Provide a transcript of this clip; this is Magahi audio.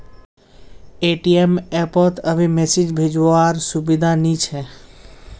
ए.टी.एम एप पोत अभी मैसेज भेजो वार सुविधा नी छे